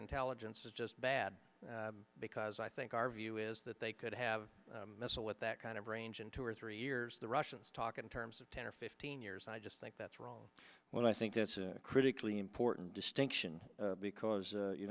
intelligence is just bad because i think our view is that they could have a missile with that kind of range in two or three years the russians talk in terms of ten or fifteen years and i just think that's wrong when i think this is a critically important distinction because